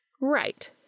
Right